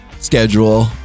schedule